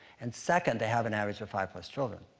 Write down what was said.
and second, they have an average of five-plus children.